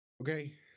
Okay